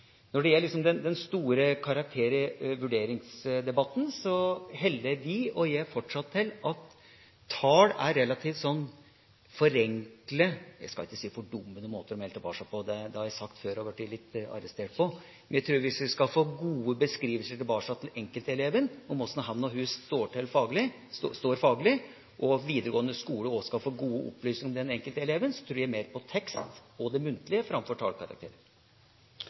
Når det gjelder den store karakter- og vurderingsdebatten, heller vi, og jeg, fortsatt til at tall er en relativt forenklet måte å melde tilbake på – jeg skal ikke si fordummende, for det har jeg sagt før og blitt litt arrestert på. Hvis enkelteleven skal få gode beskrivelser om hvordan han eller hun står faglig, og videregående skole også skal få gode opplysninger om den enkelte eleven, tror jeg mer på tekst og det muntlige